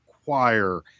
require